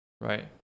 right